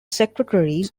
secretaries